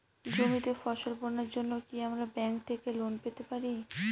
জমিতে ফসল বোনার জন্য কি আমরা ব্যঙ্ক থেকে লোন পেতে পারি?